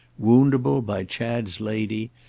woundable by chad's lady,